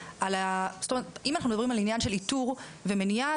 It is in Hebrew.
אם אנחנו מדברים על עניין של איתור ומניעה,